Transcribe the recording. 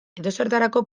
edozertarako